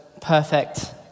perfect